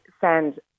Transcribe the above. send